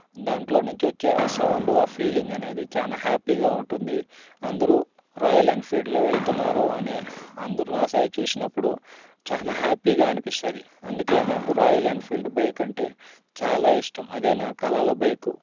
దానిలో నుంచి వచ్చే ఆ సౌండ్ ఆ ఫీలింగ్ అనేది చాలా హ్యాపీగా ఉంటుంది అందరూ రాయల్ ఎన్ఫీల్డ్లో వెళ్తున్నారు అనే అందరూ నా సైడ్ చూసినప్పుడు చాలా హ్యాపీగా అనిపిస్తుంది అందుకే నాకు రాయల్ ఎన్ఫీల్డ్ బైక్ అంటే చాలా ఇష్టం అదే నా కలల బైకు